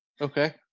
Okay